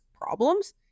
problems